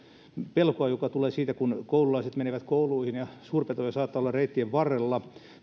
pelkoa joka tulee siitä kun koululaiset menevät kouluihin ja suurpetoja saattaa olla reittien varrella